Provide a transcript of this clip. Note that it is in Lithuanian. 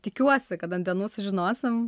tikiuosi kad ant dienų žinosim